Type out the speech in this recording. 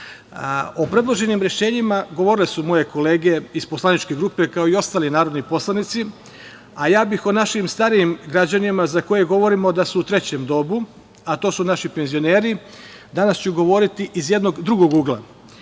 predloženim rešenjima govorile su moje kolege iz poslaničke grupe, kao i ostali narodni poslanici, a ja bih o našim starijim građanima za koje govorimo da su u trećem dobu, a to su naši penzioneri, danas ću govoriti iz jednog drugog